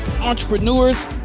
entrepreneurs